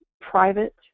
private